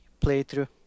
playthrough